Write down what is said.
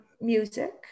Music